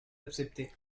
accepté